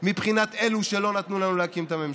מבחינת אלה שלא נתנו לנו להקים את הממשלה.